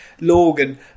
Logan